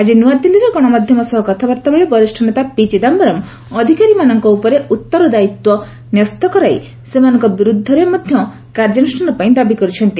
ଆକି ନ୍ନଆଦିଲ୍ଲୀରେ ଗଣମାଧ୍ୟମ ସହ କଥାବାର୍ତ୍ତା ବେଳେ ବରିଷ୍ଠ ନେତ ପି ଚିଦାମ୍ଘରମ୍ ଅଧିକାରୀମାନଙ୍କ ଉପରେ ଉତ୍ତରଦାୟୀତା ନ୍ୟସ୍ତ କରାଇ ସେମାନଙ୍କ ବିରୁଦ୍ଧରେ ମଧ୍ୟ କାର୍ଯ୍ୟାନୁଷ୍ଠାନ ଦାବି କରିଛନ୍ତି